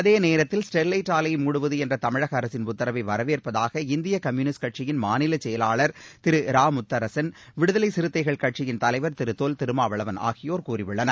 அதே நேரத்தில் ஸ்டெர்வைட் ஆலையை மூடுவது என்ற தமிழக அரசின் உத்தரவை வரவேற்பதாக இந்திய கம்யூனிஸ்ட் கட்சியின் மாநில செயலாளர் திரு இரா முத்தரசன் விடுதலை சிறுத்தைகள் கட்சியின் தலைவர் திரு தொல் திருமாவளவன் ஆகியோர் கூறியுள்ளனர்